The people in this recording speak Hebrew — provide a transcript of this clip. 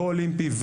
לא אולימפי,